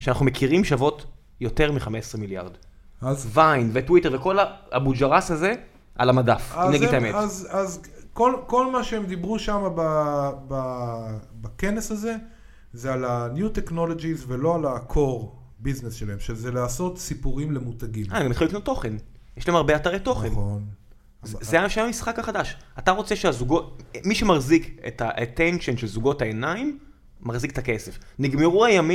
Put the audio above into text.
שאנחנו מכירים שוות יותר מחמש עשרה מיליארד. אז ויין וטוויטר וכל הבוג'רס הזה על המדף, אם נגיד האמת. אז כל מה שהם דיברו שם בכנס הזה, זה על ה-new technologies ולא על ה-core ביזנס שלהם, שזה לעשות סיפורים למותגים. אה, הם התחילו לקנות תוכן, יש להם הרבה אתרי תוכן. נכון. זה שם המשחק החדש, אתה רוצה שהזוגות, מי שמחזיק את ה-attention של זוגות העיניים, מחזיק את הכסף. נגמרו הימים.